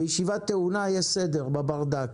בישיבה טעונה יש סדר בברדק,